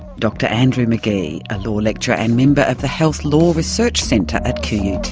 dr andrew mcgee, a law lecturer and member of the health law research centre at qut.